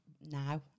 now